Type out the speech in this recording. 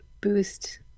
boost